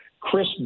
Chris